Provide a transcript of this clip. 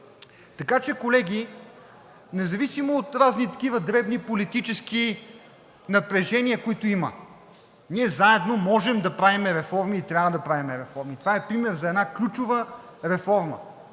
Така че, колеги, независимо от разни такива дребни политически напрежения, които има, ние заедно можем да правим реформи и трябва да правим реформи. Това е пример за една ключова реформа.